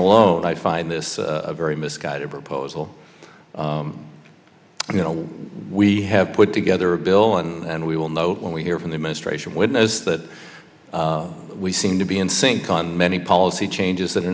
alone i find this very misguided proposal you know we have put together a bill and we will know when we hear from the administration witnesses that we seem to be in sync on many policy changes that are